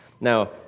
Now